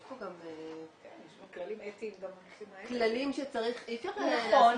יש פה גם כללים שצריך --- כלומר,